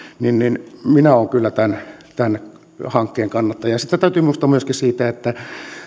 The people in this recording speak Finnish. niin niin minä olen kyllä tämän tämän hankkeen kannattaja sitten täytyy muistuttaa myöskin siitä että